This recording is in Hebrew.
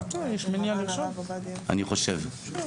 אני חושב.